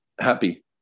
happy